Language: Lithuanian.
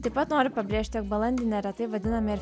taip pat noriu pabrėžti jog balandį neretai vadiname ir